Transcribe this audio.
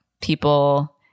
people